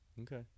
Okay